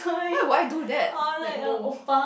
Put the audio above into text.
why would I do that like know